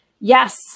yes